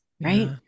right